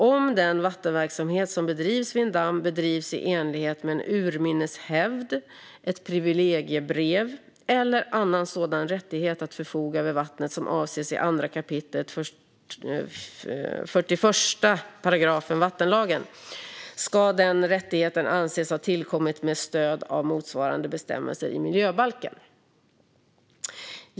Om den vattenverksamhet som bedrivs vid en damm bedrivs i enlighet med en urminnes hävd, ett privilegiebrev eller annan sådan rättighet att förfoga över vattnet som avses i 2 kap. 41 § vattenlagen ska den rättigheten anses ha tillkommit med stöd av motsvarande bestämmelser i miljöbalken.